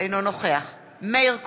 אינו נוכח מאיר כהן,